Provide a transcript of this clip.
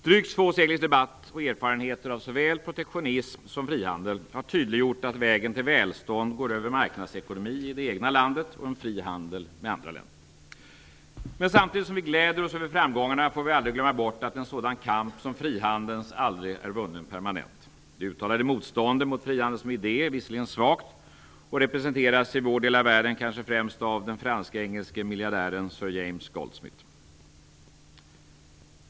Drygt två seklers debatt och erfarenheter av såväl protektionism som frihandel har tydliggjort att vägen till välstånd går över marknadsekonomi i det egna landet och en fri handel med andra länder. Men samtidigt som vi gläder oss över framgångarna får vi aldrig glömma bort att en sådan kamp som frihandelns aldrig är vunnen permanent. Det uttalade motståndet mot frihandeln som idé är visserligen svagt och representeras i vår del av världen kanske främst av den fransk-engelske miljardären sir James Goldsmith.